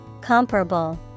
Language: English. Comparable